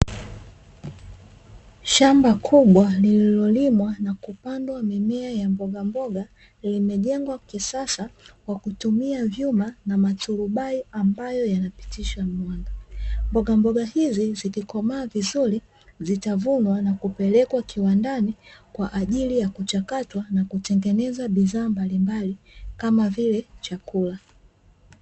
Shamba kubwa lililolimwa na kupandwa mimea ya mbogamboga limejengwa kisasa kwa kutumia vyuma na maturubai ambayo yanapitisha mwanga, mbogamboga hizi zikikomaa vizuri zitavunwa na kupelekwa kiwandani kwa ajili ya kuchakatwa na kutengeneza bidhaa mbalimbali kama vile chakula.